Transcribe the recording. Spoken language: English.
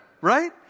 right